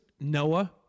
Noah